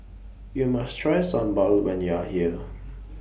YOU must Try Sambal when YOU Are here